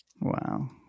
Wow